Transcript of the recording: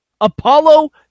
Apollo